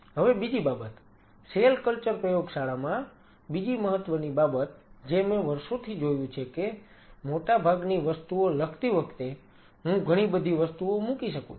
હવે બીજી બાબત સેલ કલ્ચર પ્રયોગશાળામાં બીજી મહત્વની બાબત જે મેં વર્ષોથી જોયું છે કે મોટાભાગની વસ્તુઓ લખતી વખતે હું ઘણીબધી વસ્તુઓ મૂકી શકું છું